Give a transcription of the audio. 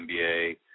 NBA